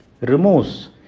removes